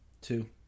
two